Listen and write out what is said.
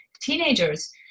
teenagers